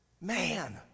Man